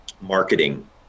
marketing